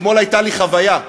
אתמול הייתה לי חוויה.